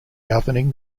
governing